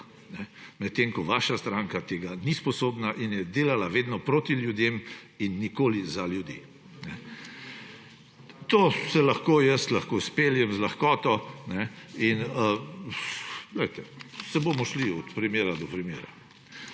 Medtem ko vaša stranka tega ni sposobna in je delala vedno proti ljudem in nikoli za ljudi. To jaz lahko izpeljem z lahkoto, in glejte, bomo šli od primera do primera.